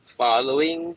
following